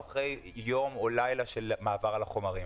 או אחרי יום או לילה של קריאת החומר.